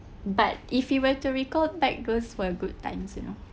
but if you were to recall that growth were good times you know